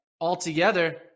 altogether